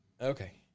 Okay